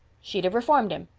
she'd have reformed him.